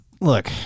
look